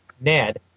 Ned